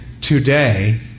today